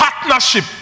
partnership